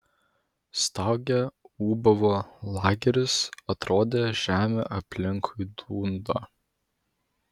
staugė ūbavo lageris atrodė žemė aplinkui dunda